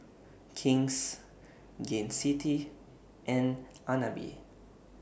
King's Gain City and Agnes B